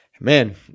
Man